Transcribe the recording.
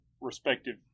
respective